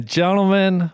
gentlemen